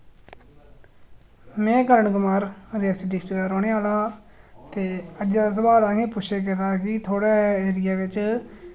में करण कुमार रेआसी डिस्ट्रिक दा रौह्ने आह्ला ते अज्जे दा सोआल असें पुच्छेआ गेदा कि थुआढ़े एरिया बिच